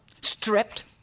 Stripped